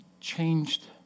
changed